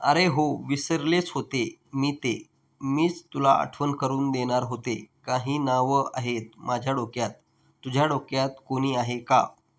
अरे हो विसरलेच होते मी ते मीच तुला आठवण करून देणार होते काही नावं आहेत माझ्या डोक्यात तुझ्या डोक्यात कोणी आहे का